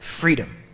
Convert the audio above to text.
Freedom